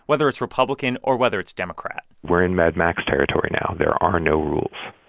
whether it's republican or whether it's democrat we're in mad max territory now. there are no rules.